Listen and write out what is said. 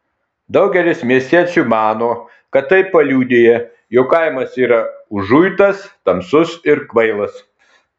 daugelis miestiečių mano kad tai paliudija jog kaimas yra užuitas tamsus ir kvailas